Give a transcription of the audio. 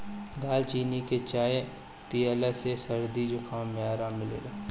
दालचीनी के चाय पियला से सरदी जुखाम में आराम मिलेला